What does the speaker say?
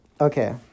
Okay